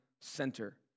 center